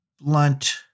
Blunt